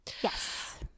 Yes